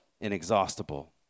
inexhaustible